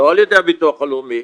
לא על ידי הביטוח הלאומי,